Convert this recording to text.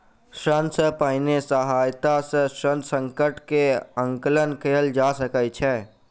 ऋण सॅ पहिने सहायता सॅ ऋण संकट के आंकलन कयल जा सकै छै